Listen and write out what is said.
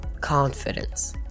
confidence